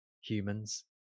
humans